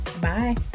Bye